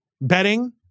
betting